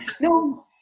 No